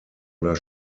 oder